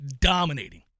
dominating